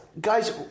Guys